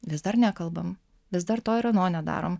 vis dar nekalbam vis dar to ir ano nedarom